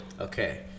Okay